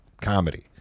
comedy